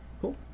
Cool